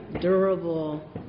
durable